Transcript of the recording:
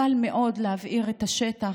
קל מאוד להבעיר את השטח,